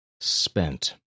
spent